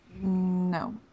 No